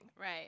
Right